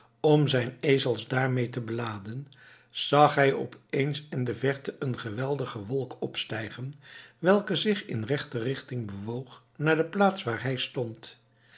om zijn ezels daarmee te beladen zag hij op eens in de verte een geweldige wolk opstijgen welke zich in rechte richting bewoog naar de plaats waar hij stond